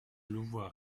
louvois